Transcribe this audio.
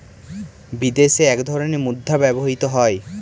বিদেশে এক ধরনের মুদ্রা ব্যবহৃত হয়